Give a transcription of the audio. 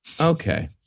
Okay